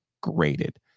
graded